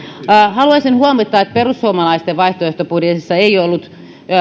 haluaisin huomauttaa että perussuomalaisten vaihtoehtobudjetissa ei ollut